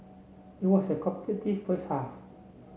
it was a competitive first half